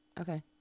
Okay